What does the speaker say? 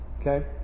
Okay